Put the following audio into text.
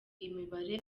imibare